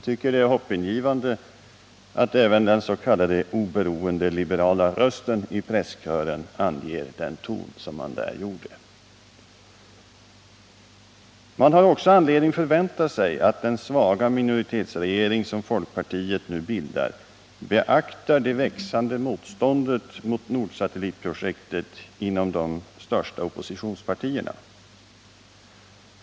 Det är hoppingivande att även denna s.k. oberoende liberala röst i presskören anger denna ton. Man har också anledning förvänta sig att den svaga minoritetsregering som folkpartiet nu bildar beaktar det växande motståndet mot Nordsatellitprojektet inom de största oppositionspartierna.